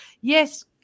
yes